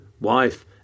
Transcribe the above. wife